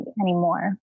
anymore